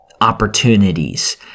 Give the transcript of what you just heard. opportunities